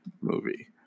movie